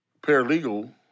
paralegal